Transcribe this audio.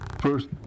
first